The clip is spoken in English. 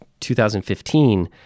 2015